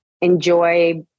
enjoy